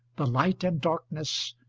the light and darkness,